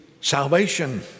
salvation